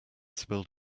spilled